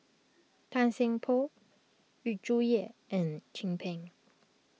Tan Seng Poh Yu Zhuye and Chin Peng